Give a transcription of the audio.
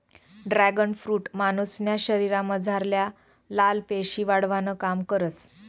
dragon fruit मानुसन्या शरीरमझारल्या लाल पेशी वाढावानं काम करस